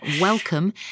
Welcome